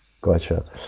Gotcha